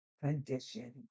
condition